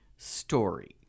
Story